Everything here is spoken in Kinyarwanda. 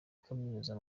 kaminuza